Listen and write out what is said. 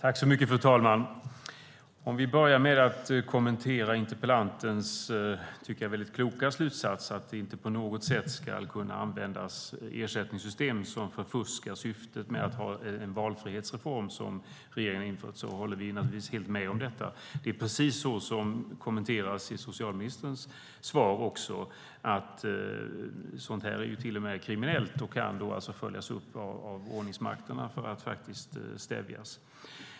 Fru talman! Vi kan börja med att kommentera interpellantens, tycker jag, väldigt kloka slutsatser, att det inte på något sätt ska kunna användas ersättningssystem som förfuskar syftet med att ha en valfrihetsreform som regeringen har infört. Vi håller naturligtvis helt med om detta. Det är precis så som det kommenteras i socialministerns svar. Sådant här är till och med kriminellt och kan följas upp av ordningsmakterna för att stävjas.